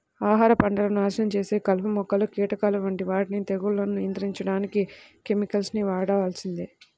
ఆహార పంటలను నాశనం చేసే కలుపు మొక్కలు, కీటకాల వంటి వాటిని తెగుళ్లను నియంత్రించడానికి కెమికల్స్ ని వాడాల్సిందే